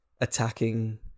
attacking